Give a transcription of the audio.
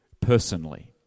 personally